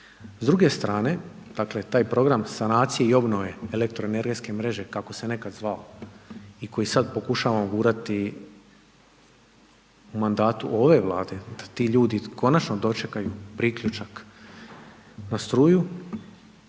S druge strane, dakle, taj program sanacije i obnove elektroenergetske mreže, kako se nekada zvao i koji sada pokušavamo gurati u mandatu ove vlade, da ti ljudi konačno dočekaju priključak na struju,